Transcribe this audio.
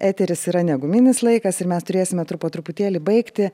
eteris yra ne guminis laikas ir mes turėsime po truputėlį baigti